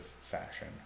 fashion